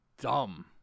dumb